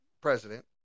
president